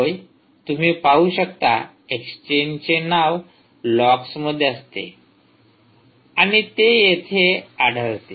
होय तुम्ही पाहू शकता एक्सचेंजचे नाव लॉग्समध्ये असते आणि ते येथे आढळते